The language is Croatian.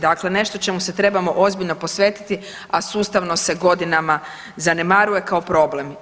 Dakle, nečem čemu se trebamo ozbiljno posvetiti a sustavno se godinama zanemaruje kao problem.